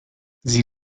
sie